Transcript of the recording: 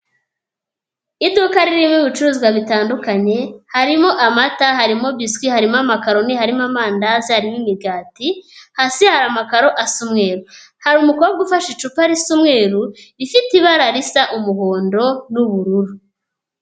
Iduka rininirimo ibicuruzwa bitandukanye, harimo amata harimo biswi, harimo amakaroni harimo amandaza harimo imigati, hasi hari amakaro asa umweru, hari umukobwa ufashe icupa risa umweruru ifite ibara risa ry'umuhondo n'ubururu.